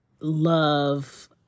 love